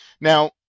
Now